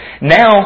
Now